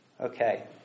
okay